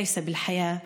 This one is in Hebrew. אינו בין החיים,